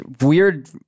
weird